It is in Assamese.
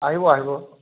আহিব আহিব